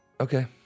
Okay